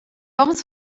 vamos